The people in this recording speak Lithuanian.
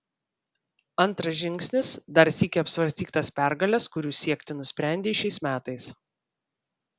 antras žingsnis dar sykį apsvarstyk tas pergales kurių siekti nusprendei šiais metais